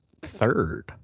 third